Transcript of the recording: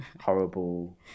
horrible